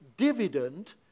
dividend